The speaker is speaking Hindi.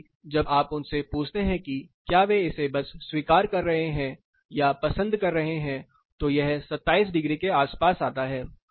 जबकि जब आप उनसे पूछते हैं कि क्या वे इसे बस स्वीकार कर रहे हैं या पसंद कर रहे हैं तो यह 27 डिग्री के आसपास आता है